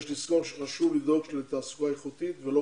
יש לזכור שחשוב לבדוק תעסוקה איכותית ולא